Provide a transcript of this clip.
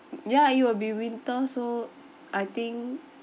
ya it will be winter so I think